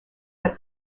that